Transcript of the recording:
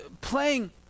playing